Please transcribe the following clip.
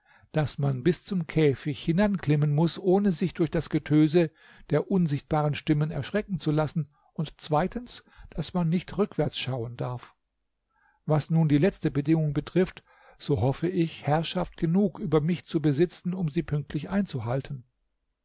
daß man bis zum käfig hinanklimmen muß ohne sich durch das getöse der unsichtbaren stimmen erschrecken zu lassen und zweitens daß man nicht rückwärts schauen darf was nun die letzte bedingung betrifft so hoffe ich herrschaft genug über mich zu besitzen um sie pünktlich einzuhalten